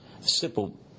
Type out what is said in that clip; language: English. simple